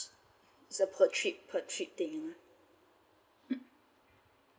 it is a per trip thing